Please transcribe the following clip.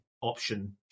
option